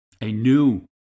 anew